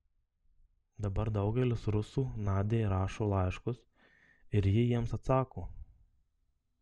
dabar daugelis rusų nadiai rašo laiškus ir ji jiems atsako